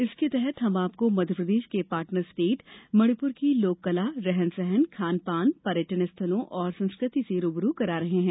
इसके तहत हम आपको मध्यप्रदेश के पार्टनर स्टेट मणिपुर की लोककला रहन सहन खान पानपर्यटन स्थलों और संस्कृति से रू ब रू करा रहे हैं